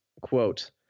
quote